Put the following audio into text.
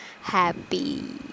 happy